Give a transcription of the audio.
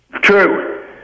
True